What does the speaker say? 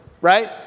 right